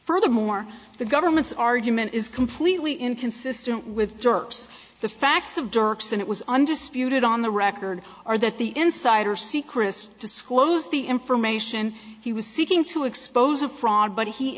furthermore the government's argument is completely inconsistent with drops the facts of dirk's that it was undisputed on the record or that the insider secrets disclose the information he was seeking to expose a fraud but he